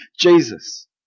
Jesus